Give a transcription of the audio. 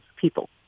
people